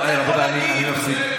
רבותיי, אני מפסיק.